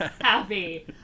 happy